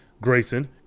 grayson